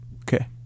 Okay